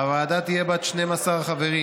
הוועדה תהיה בת 12 חברים.